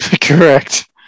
Correct